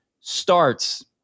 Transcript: starts